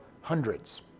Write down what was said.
hundreds